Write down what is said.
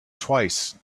twice